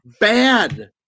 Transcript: bad